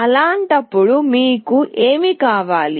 అలాంటప్పుడు మీకు ఏమి కావాలి